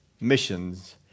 missions